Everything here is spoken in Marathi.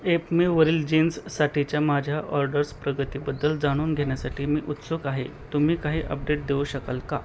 एपमेवरील जीन्ससाठीच्या माझ्या ऑर्डर्स प्रगतीबद्दल जाणून घेण्यासाठी मी उत्सुक आहे तुम्ही काही अपडेट देऊ शकाल का